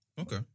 okay